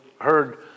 heard